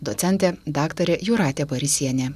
docentė daktarė jūratė barysienė